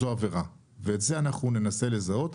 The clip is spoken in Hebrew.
זו עבירה ואת זה אנחנו ננסה לזהות.